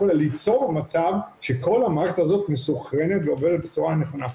ליצור מצב שכל המערכת הזאת מסונכרנת ועובדת בצורה נכונה.